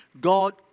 God